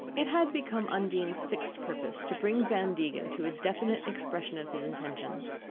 it had become undine's fixed purpose to bring van degen to a definite expression of his intentions.